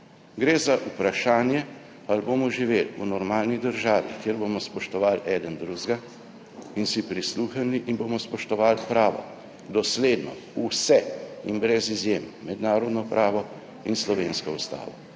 Gre za vprašanje ali bomo živeli v normalni državi, kjer bomo spoštovali eden drugega in si prisluhnili in bomo spoštovali pravo, dosledno, vse in brez izjem, mednarodno pravo in slovensko Ustavo.